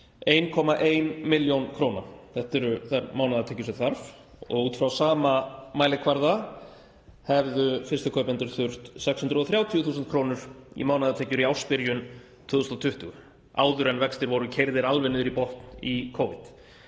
1,1 millj. kr. Þetta eru þær mánaðartekjur sem þarf. Út frá sama mælikvarða hefðu fyrstu kaupendur þurft 630.000 kr. í mánaðartekjur í ársbyrjun 2020, áður en vextir voru keyrðir alveg niður í botn í Covid,